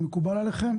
מקובל עליכם?